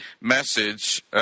message